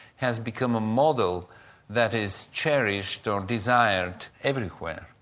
has become a model that is cherished, or desired, everywhere.